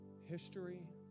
history